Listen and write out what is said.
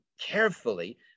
carefully